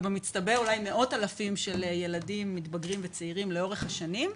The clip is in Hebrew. ובמצטבר אולי מאות אלפים של ילדים מתבגרים וצעירים לאורך השנים.